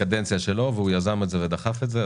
בקדנציה שלו והוא יזם ודחף את זה,